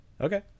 Okay